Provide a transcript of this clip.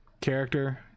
character